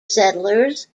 settlers